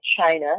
China